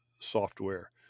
software